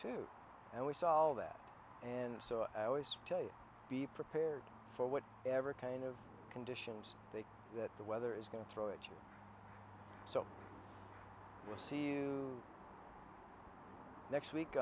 how we solve that and so i always tell you be prepared for what ever kind of conditions they that the weather is going to throw at you so we'll see you next week